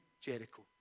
Jericho